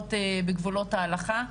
בגבולות ההלכה.